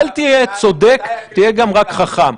כשהוא היה עוד בתחילתו,